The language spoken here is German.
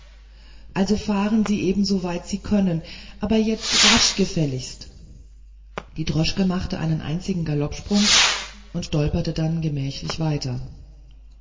also fahren sie eben soweit sie können aber jetzt rasch gefälligst die droschke machte einen einzigen galoppsprung und stolperte dann gemächlich weiter